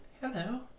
hello